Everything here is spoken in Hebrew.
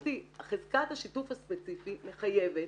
את יודעת, גברתי, חזקת השיתוף הספציפי מחייבת